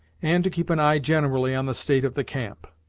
and to keep an eye generally on the state of the camp.